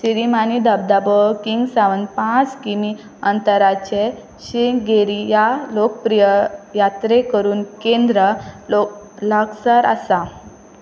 शिरीमानी धबधबो किग्ग सावन पांच किमी अंतराचे शिगेरी ह्या लोकप्रिय यात्रे करून केंद्र लो लागसर आसा